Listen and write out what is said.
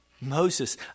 Moses